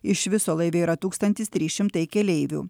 iš viso laive yra tūkstantis trys šimtai keleivių